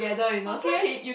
okay